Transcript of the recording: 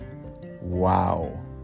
wow